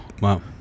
Wow